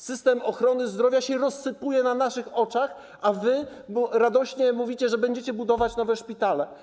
System ochrony zdrowia rozsypuje się na naszych oczach, a wy radośnie mówicie, że będziecie budować nowe szpitale.